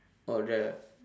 oh the